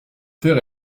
faire